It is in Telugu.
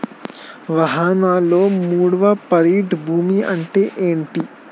వాహనాల్లో మూడవ పార్టీ బీమా అంటే ఏంటి?